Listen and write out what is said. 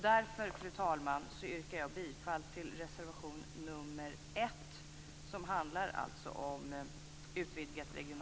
Därför, fru talman, yrkar jag bifall till reservation